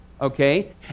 okay